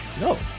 No